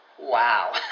Wow